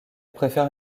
préfère